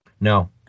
No